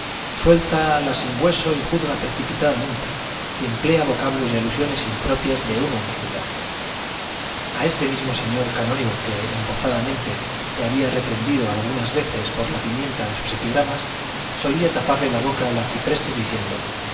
suelta la sin hueso y juzga precipitadamente y emplea vocablos y alusiones impropias de una dignidad a este mismo señor canónigo que embozadamente le había reprendido algunas veces por la pimienta de sus epigramas solía taparle la boca el arcipreste diciendo